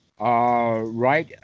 Right